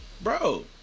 bro